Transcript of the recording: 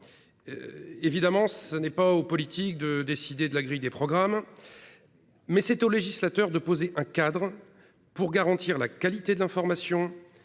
Évidemment, ce n'est pas au politique de décider de la grille des programmes, mais c'est au législateur de poser un cadre pour garantir la qualité de l'information,